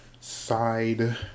side